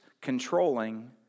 controlling